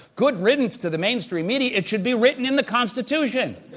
good riddance to the mainstream media it should be written in the constitution.